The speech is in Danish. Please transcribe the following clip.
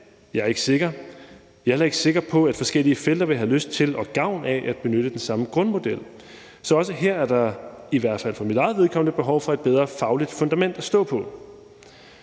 heller ikke sikker på, at de forskellige felter vil have lyst til og gavn af at benytte den samme grundmodel. Så også her er der i hvert fald for mit eget vedkommende et behov for et bedre fagligt fundament at stå på.